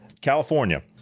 california